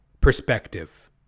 perspective